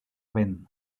ben